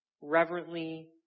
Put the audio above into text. Reverently